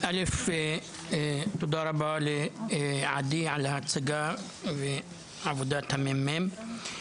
תודה רבה לעדי על ההצגה של עבודת המ.מ.מ.